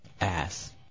Ass